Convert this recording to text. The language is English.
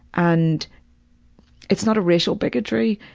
and it's not a racial bigotry,